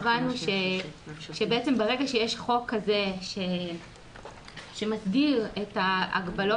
הבנו שברגע שיש חוק כזה שמסדיר את ההגבלות